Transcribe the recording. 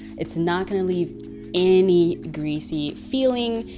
it's not gonna leave any greasy feeling.